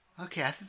okay